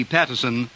Patterson